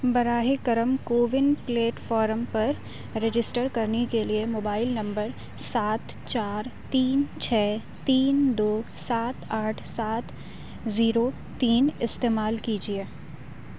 براہ کرم CoWIN platform پر رجسٹر کرنے کے لیے موبائل نمبر سات چار تین چھ تین دو سات آٹھ سات زیرو تین استعمال کیجیے